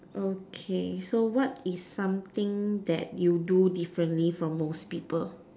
okay so what is something that you do differently from most people